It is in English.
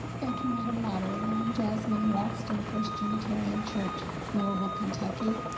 thank you, madam moderator. i'm jasmine wallston, first unitarian church, louisville, kentucky.